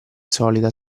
solida